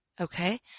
okay